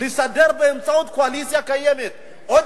לסדר באמצעות קואליציה קיימת עוד